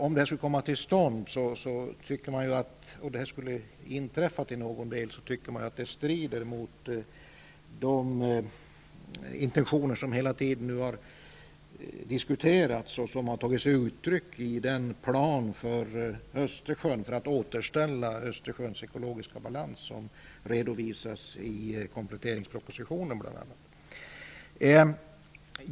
Om detta skulle inträffa tycker man att det strider mot de intentioner som hela tiden har diskuterats och som har tagit sig uttryck i den plan för att återställa Östersjöns ekologiska balans som redovisas bl.a. i kompletteringspropositionen.